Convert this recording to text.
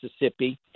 Mississippi